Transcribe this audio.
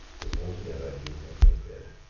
was altogether inappropriate.